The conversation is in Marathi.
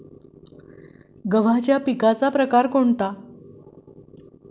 गव्हाच्या फळाचा प्रकार कोणता?